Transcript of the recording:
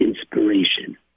inspiration